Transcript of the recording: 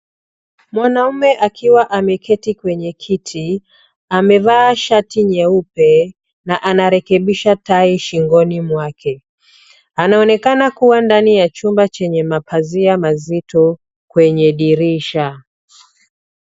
Mwanaume akiwa ameketi kwenye kiti, amevaa shati nyeupe na anarekebisha tai shingoni mwake. Anaonekana kuwa kwenye chumba chenye mapazia mazito kwenye dirisha.